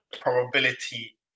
probability